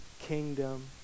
kingdom